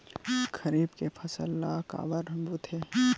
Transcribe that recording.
खरीफ के फसल ला काबर बोथे?